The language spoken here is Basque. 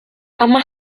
ama